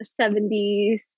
70s